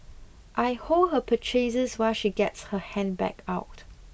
I hold her purchases while she gets her handbag out